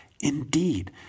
Indeed